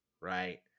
right